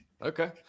Okay